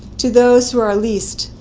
to those who are least,